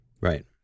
Right